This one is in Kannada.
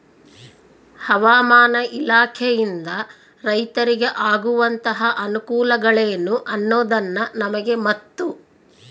ಹವಾಮಾನ ಇಲಾಖೆಯಿಂದ ರೈತರಿಗೆ ಆಗುವಂತಹ ಅನುಕೂಲಗಳೇನು ಅನ್ನೋದನ್ನ ನಮಗೆ ಮತ್ತು?